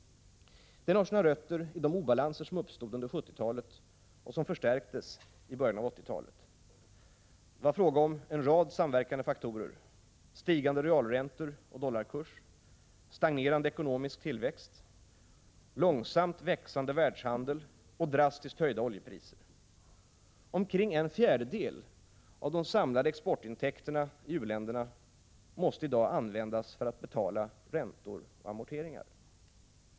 Den har sina rötter i de obalanser som uppstod under 70-talet och som förstärktes i början av 80-talet. Det var här fråga om en rad samverkande faktorer: stigande realräntor och dollarkurs, stagnerande ekonomisk tillväxt, långsamt växande världshandel och drastiskt höjda oljepriser. Omkring en fjärdedel av de samlade exportintäkterna i u-länderna måste i dag användas för att betala räntor och amorteringar.